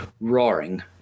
roaring